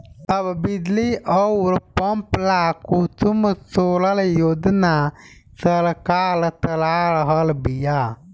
अब बिजली अउर पंप ला कुसुम सोलर योजना सरकार चला रहल बिया